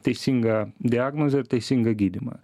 teisingą diagnozę ir teisingą gydymą